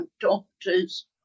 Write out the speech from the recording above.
doctors